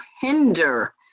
hinder